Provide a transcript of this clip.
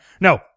no